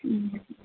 ହୁଁ